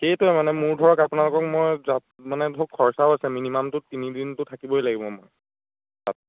সেইটোৱেই মানে মোৰ ধৰক আপোনালোকক মই যাত মানে ধৰক খৰচও আছে মিনিমামটো তিনিদিনটো থাকিবই লাগিব মই তাত